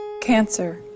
Cancer